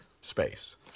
space